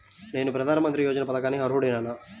నేను ప్రధాని మంత్రి యోజన పథకానికి అర్హుడ నేన?